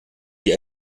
die